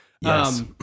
Yes